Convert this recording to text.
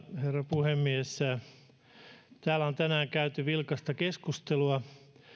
puhemies täällä on tänään käyty vilkasta keskustelua